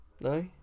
No